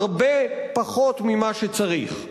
הרבה פחות ממה שצריך.